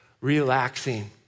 relaxing